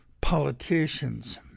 politicians